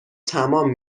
تمام